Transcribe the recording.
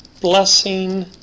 blessing